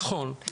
נכון.